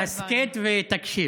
הסכת ותקשיב.